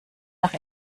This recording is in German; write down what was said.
nach